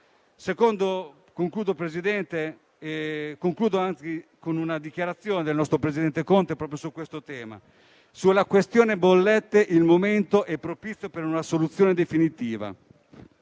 Concludo con una dichiarazione del nostro presidente Conte proprio su questo tema. Sulla questione bollette il momento è propizio per una soluzione definitiva: